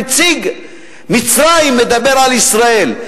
נציג מצרים מדבר על ישראל.